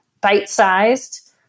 bite-sized